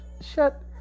Shut